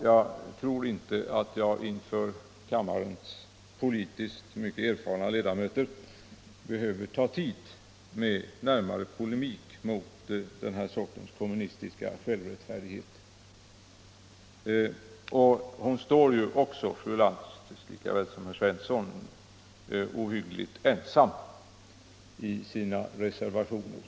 Jag tror inte att jag inför kammarens politiskt mycket erfarna ledamöter behöver ta tid med en närmare polemik mot den sortens kommunistiska självrättfärdighet. I likhet med herr Svensson i Malmö står ju också fru Lantz ohyggligt ensam i sina reservationer.